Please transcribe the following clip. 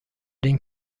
این